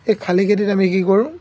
সেই খালি খেতিত আমি কি কৰোঁ